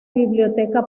biblioteca